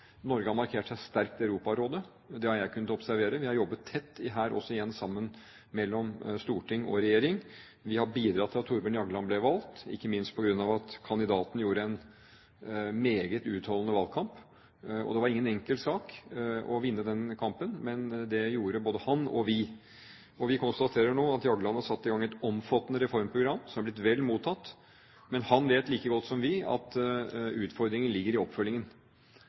Norge har markert seg sterkt i Europarådet. Det har jeg kunnet observere. Vi har også her jobbet tett sammen mellom storting og regjering. Vi har bidratt til at Thorbjørn Jagland ble valgt, ikke minst på grunn av at kandidaten gjorde en meget utholdende valgkamp. Det var ingen enkel sak å vinne den kampen, men det gjorde både han og vi. Vi konstaterer nå at Jagland har satt i gang et omfattende reformprogram som har blitt vel mottatt, men han vet like godt som vi at utfordringen ligger i oppfølgingen,